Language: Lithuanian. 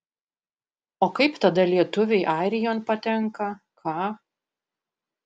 o kaip tada lietuviai airijon patenka ką